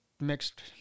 mixed